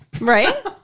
Right